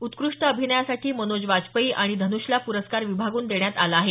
उत्कृष्ट अभिनयासाठी मनोज वाजपेयी आणि धन्षला पुरस्कार विभागून देण्यात आला आहे